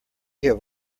have